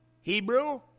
Hebrew